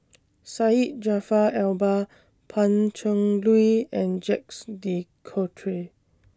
Syed Jaafar Albar Pan Cheng Lui and Jacques De Coutre